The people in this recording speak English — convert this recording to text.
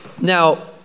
Now